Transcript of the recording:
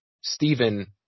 Stephen